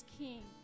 king